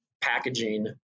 packaging